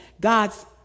God's